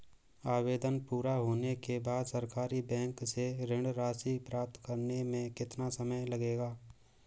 आवेदन पूरा होने के बाद सरकारी बैंक से ऋण राशि प्राप्त करने में कितना समय लगेगा?